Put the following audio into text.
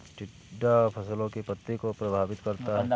टिड्डा फसलों की पत्ती को प्रभावित करता है